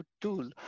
tool